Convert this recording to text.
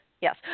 Yes